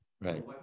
Right